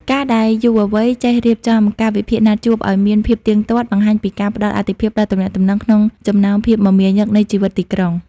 ការដែលយុវវ័យចេះរៀបចំ «កាលវិភាគណាត់ជួប» ឱ្យមានភាពទៀងទាត់ បង្ហាញពីការផ្ដល់អាទិភាពដល់ទំនាក់ទំនងក្នុងចំណោមភាពមមាញឹកនៃជីវិតទីក្រុង។